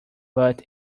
but